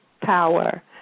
power